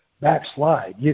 backslide